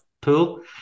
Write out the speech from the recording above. pool